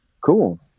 Cool